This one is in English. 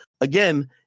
Again